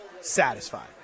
satisfied